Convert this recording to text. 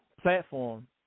platform